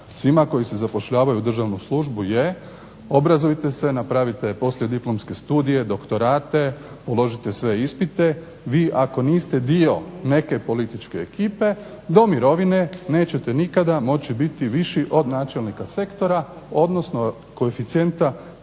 svima koji se zapošljavaju u državnu službu je obrazujte se, napravite poslijediplomske studije, doktorate, položite sve ispite, vi ako niste dio neke političke ekipe do mirovine nećete nikada moći biti viši od načelnika sektora, odnosno koeficijenta